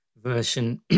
version